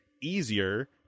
easier